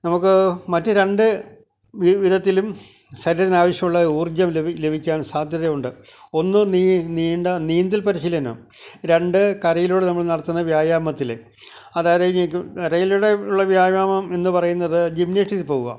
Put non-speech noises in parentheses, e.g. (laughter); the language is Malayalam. നമുക്ക് മറ്റ് രണ്ട് വിധത്തിലും ശരീരത്തിന് ആവശ്യം ഉള്ള ഊര്ജ്ജം ലഭിക്കാന് സാധ്യതയുണ്ട് ഒന്ന് നീണ്ട നീന്തല് പരിശീലനം രണ്ട് കരയിലൂടെ നമ്മള് നടത്തുന്ന വ്യായാമത്തിൽ അതായത് (unintelligible) കരയിലൂടെ ഉള്ള വ്യായാമം എന്ന് പറയുന്നത് ജിംനേഷ്യത്തിൽ പോവുക